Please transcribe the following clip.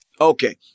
Okay